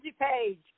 Page